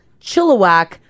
Chilliwack